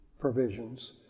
provisions